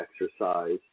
exercise